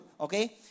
Okay